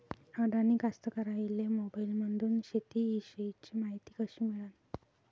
अडानी कास्तकाराइले मोबाईलमंदून शेती इषयीची मायती कशी मिळन?